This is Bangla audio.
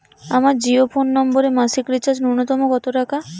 আমার জিও ফোন নম্বরে মাসিক রিচার্জ নূন্যতম কত টাকা?